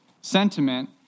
sentiment